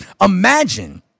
Imagine